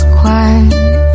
quiet